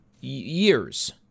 years